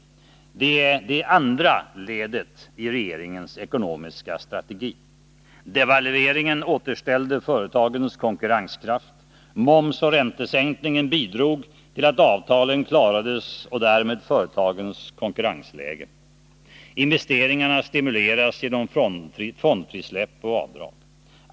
Det är det andra ledet i regeringens ekonomiska strategi. Devalveringen återställde företagens konkurrenskraft. Momsoch räntesänkningen bidrog till att avtalen klarades och därmed företagens konkurrensläge. Investeringarna stimulerades genom fondfrisläpp och avdrag.